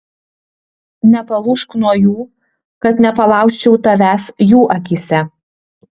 nepalūžk nuo jų kad nepalaužčiau tavęs jų akyse